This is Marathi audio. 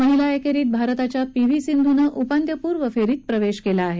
महिला एकेरीत भारताच्या पी व्ही सिंधूनं उपांत्यपूर्व फेरीत प्रवेश केला आहे